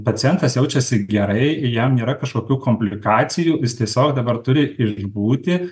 pacientas jaučiasi gerai jam nėra kažkokių komplikacijų jis tiesiog dabar turi ir būti